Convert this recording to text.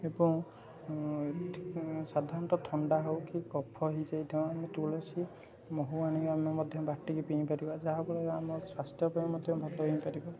ଏବଂ ସାଧାଣତଃ ଥଣ୍ଡା ହେଉ କି କଫ ହେଇଯାଇଥାଉ ଆମେ ତୁଳସୀ ମହୁ ଆଣି ଆମେ ମଧ୍ୟ ବାଟିକି ପିଇ ପାରିବା ଯାହାଫଳରେ ଆମ ସ୍ଵାସ୍ଥ୍ୟ ପାଇଁ ମଧ୍ୟ ଭଲ ହେଇ ପାରିବ